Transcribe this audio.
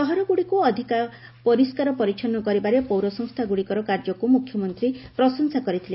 ସହର ଗୁଡିକୁ ଅଧିକ ପରିସ୍କାର ପରିଚ୍ଚନ୍ନ କରିବାରେ ପୌର ସଂସ୍ରାଗୁଡିକର କାର୍ଯ୍ୟକୁ ମୁଖ୍ୟମନ୍ତୀ ପ୍ରଶଂସା କରିଥିଲେ